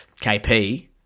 KP